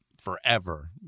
forever